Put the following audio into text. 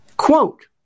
Quote